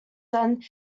then